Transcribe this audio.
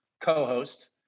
co-host